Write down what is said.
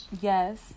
yes